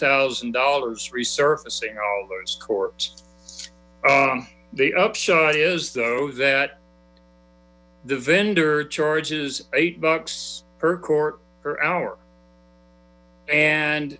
thousand dollars resurfacing all those court the upshot is though that the vendor charges eight bucks per court per hour and